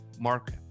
Mark